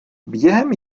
během